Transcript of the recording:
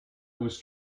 was